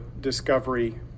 discovery